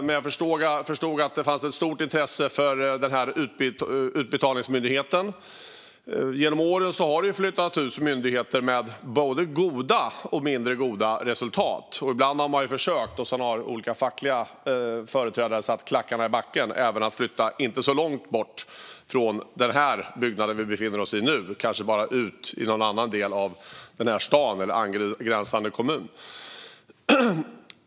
Men jag förstod att det fanns att stort intresse för Utbetalningsmyndigheten. Genom åren har myndigheter flyttats ut med både goda och mindre goda resultat. Och ibland har man försökt, men olika fackliga företrädare har satt klackarna i backen även när det gäller att flytta inte särskilt långt bort från den byggnad som vi nu befinner oss i utan kanske bara till någon annan del av den här staden eller en angränsande kommun.